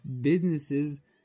businesses